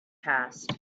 passed